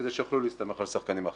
כדי שיוכלו להסתמך על השחקנים האחרים.